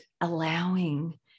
allowing